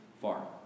far